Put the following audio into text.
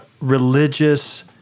religious